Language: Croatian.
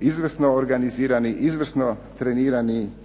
izvrsno organizirani, izvrsno trenirani